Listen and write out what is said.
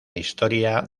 historia